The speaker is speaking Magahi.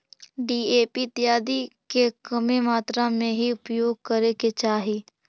डीएपी इत्यादि के कमे मात्रा में ही उपयोग करे के चाहि